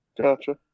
Gotcha